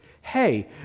hey